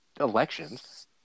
elections